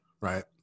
right